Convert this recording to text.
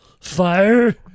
Fire